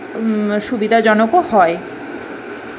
সুবিধাজনকও হয়